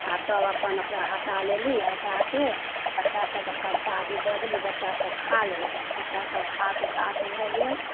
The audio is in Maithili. आओर तब अपन ओकरा हटा लेली हटाकऽ बच्चासबके परसादी दऽ देली बच्चासब खा लेलक बच्चासब खाकऽ कात भऽ गेल